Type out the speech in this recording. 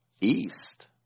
East